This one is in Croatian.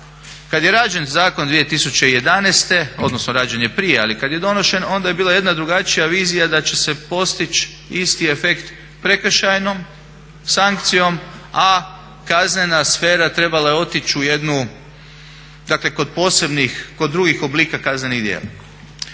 Kad je rađen zakon 2011., odnosno rađen je prije ali kad je donošen onda je bila jedna drugačija vizija da će se postić' isti efekt prekršajnom sankcijom, a kaznena sfera trebala je otići u jednu, dakle kod posebnih, kod drugih oblika kaznenih djela.